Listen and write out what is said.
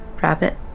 rabbit